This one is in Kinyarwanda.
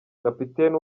kapiteni